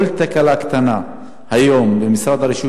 אני חושב שכל תקלה קטנה היום במשרד הרישוי